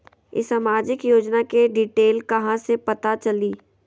ई सामाजिक योजना के डिटेल कहा से पता चली?